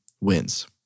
wins